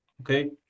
Okay